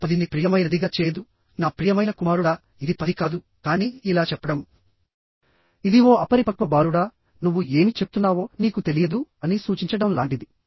ఇది 10ని ప్రియమైనదిగా చేయదు నా ప్రియమైన కుమారుడా ఇది 10 కాదు కానీ ఇలా చెప్పడం ఇది ఓ అపరిపక్వ బాలుడా నువ్వు ఏమి చెప్తున్నావో నీకు తెలియదు అని సూచించడం లాంటిది